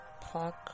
park